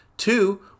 Two